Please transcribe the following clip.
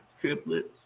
triplets